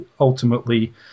ultimately